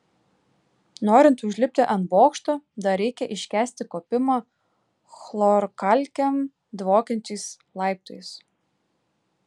norint užlipti ant bokšto dar reikia iškęsti kopimą chlorkalkėm dvokiančiais laiptais